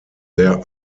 there